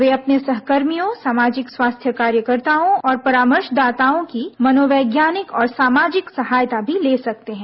वे अपने सहकर्मियों सामाजिक स्वास्थ्य कार्यकर्ताओं और परामर्शदाताओं की मनोवैज्ञानिक और सामाजिक सहायता भी ले सकते हैं